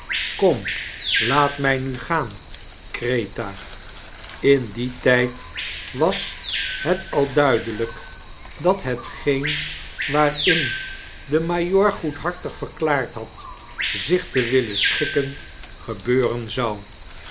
kom laat mfl gaan greta in dien tyd was het al duidelijk dat hetgeen waarin de majoor goedhartig verklaard had zich te willen schikken gebeuren zou